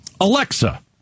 Alexa